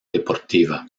deportiva